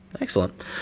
Excellent